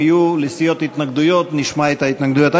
אם יהיו לסיעות התנגדויות, נשמע את ההתנגדויות.